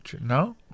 No